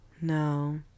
No